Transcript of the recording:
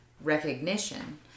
recognition